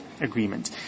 agreement